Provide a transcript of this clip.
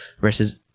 versus